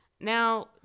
Now